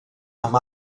amb